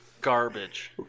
garbage